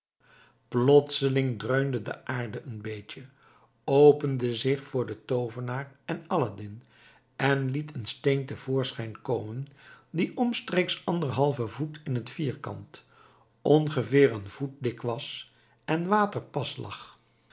plotseling dreunde de aarde een beetje opende zich voor den toovenaar en aladdin en liet een steen te voorschijn komen die omstreeks anderhalve voet in t vierkant ongeveer een voet dik was en waterpas lag